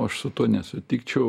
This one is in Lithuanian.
aš su tuo nesutikčiau